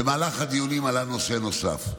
במהלך הדיונים עלה נושא נוסף,